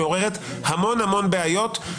מעוררת המון-המון בעיות.